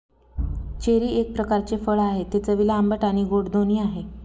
cherry एक प्रकारचे फळ आहे, ते चवीला आंबट आणि गोड दोन्ही आहे